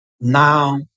now